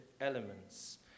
elements